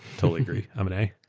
totally agree i'm an a.